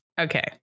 Okay